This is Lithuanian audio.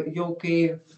jau kai